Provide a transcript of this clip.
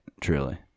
truly